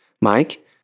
Mike